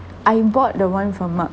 I bought the one from mark